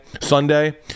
Sunday